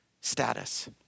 status